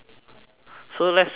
so let's say um